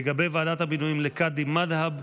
לגבי ועדת המינויים לקאדים מד'הב,